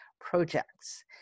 projects